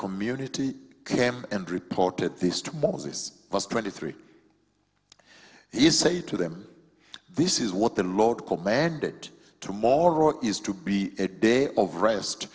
community camp and reported this to moses was twenty three he say to them this is what the lord commanded to morrow it is to be a day of rest